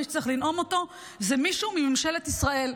מי שצריך לנאום אותו זה מישהו מממשלת ישראל.